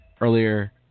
Earlier